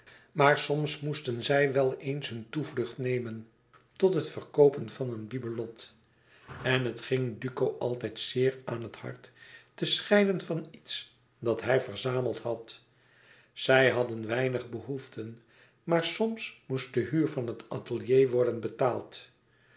maar soms moesten zij wel eens hun toevlucht nemen tot het verkoopen van een bibelot en het ging duco altijd zeer aan het hart te scheiden van iets dat hij verzameld had zij hadden weinig behoeften maar soms moest de huur van het atelier worden betaald